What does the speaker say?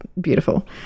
beautiful